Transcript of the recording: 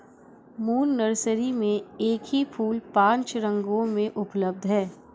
moon nursery में एक ही फूल पांच रंगों में उपलब्ध है